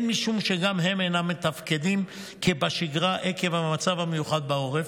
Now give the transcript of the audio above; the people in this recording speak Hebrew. הן משום שגם הם אינם מתפקדים כבשגרה עקב המצב המיוחד בעורף,